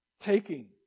Taking